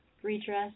Redress